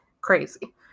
crazy